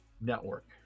network